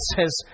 says